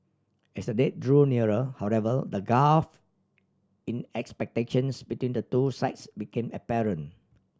as the date drew nearer however the gulf in expectations between the two sides became apparent